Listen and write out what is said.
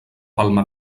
palma